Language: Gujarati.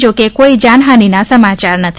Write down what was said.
જોકે કોઈ જાનહાનીના સમાચાર નથી